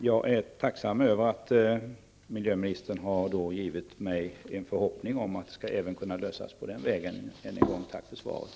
Jag är tacksam för att miljöministern har givit mig en förhoppning om att detta även skall kunna lösas på den vägen. Än en gång tack för svaret.